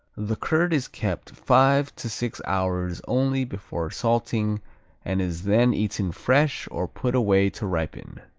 the curd is kept five to six hours only before salting and is then eaten fresh or put away to ripen.